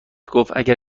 گفتاگر